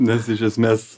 nes iš esmės